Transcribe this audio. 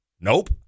Nope